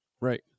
Right